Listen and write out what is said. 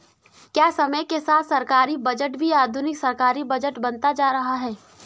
क्या समय के साथ सरकारी बजट भी आधुनिक सरकारी बजट बनता जा रहा है?